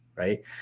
right